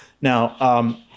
Now